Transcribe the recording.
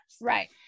Right